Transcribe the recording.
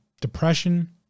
depression